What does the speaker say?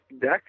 deck